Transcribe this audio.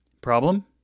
Problem